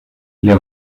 les